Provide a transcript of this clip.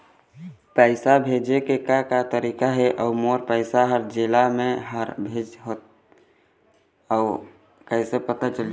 पैसा भेजे के का का तरीका हे अऊ मोर पैसा हर जेला मैं हर भेजे होथे ओ कैसे पता चलही?